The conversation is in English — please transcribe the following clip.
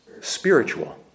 spiritual